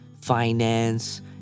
finance